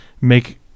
make